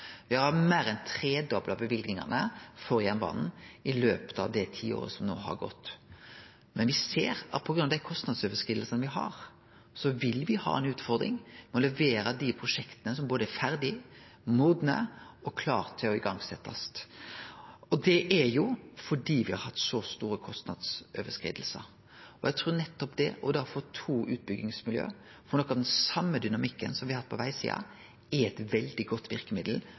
har meir enn tredobla løyvingane for jernbanen i løpet av det tiåret som no har gått. Men me ser at på grunn av dei kostnadsoverskridingane me har, vil me ha ei utfordring med å levere dei prosjekta som er både ferdige, modne og klare til å setjast i gang. Me har hatt store kostnadsoverskridingar, og eg trur nettopp da å få to utbyggingsmiljø, å få noko av den same dynamikken som me har hatt på vegsida, er eit veldig godt verkemiddel